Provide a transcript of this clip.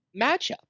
matchup